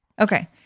Okay